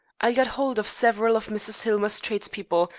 i got hold of several of mrs. hillmer's tradespeople,